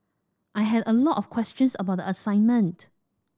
I had a lot of questions about the assignment